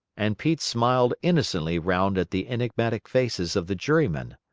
and pete smiled innocently round at the enigmatic faces of the jurymen.